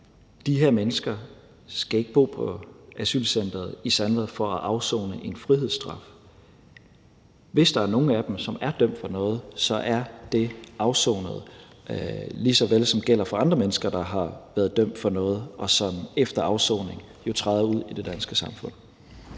de her mennesker ikke skal bo på asylcenteret i Sandvad for at afsone en frihedsstraf. Hvis der er nogle af dem, som er dømt for noget, så er det afsonet, lige så vel som det gælder for andre mennesker, der har været dømt for noget, og som efter afsoning jo træder ud i det danske samfund.